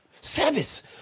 service